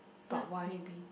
ya maybe